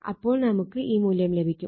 അപ്പോൾ നമുക്ക് ഈ മൂല്യം ലഭിക്കും